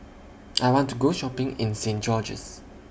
I want to Go Shopping in Saint George's